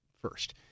first